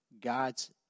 God's